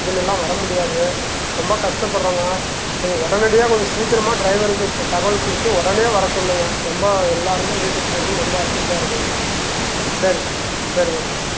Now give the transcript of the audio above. இதுலெல்லாம் வர முடியாது ரொம்ப கஷ்டப்படுகிறோங்க நீங்கள் உடனடியா நீங்கள் சீக்கிரமாக டிரைவருக்கு இந்த தகவல் கொடுத்து உடனே வர சொல்லுங்க ரொம்ப எல்லாேருமே வீட்டுக்கு போகிறத்துக்கு ரொம்ப அர்ஜெண்ட்டாக இருக்கிறாங்க சரி சார் சரி ஓகே சார்